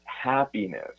happiness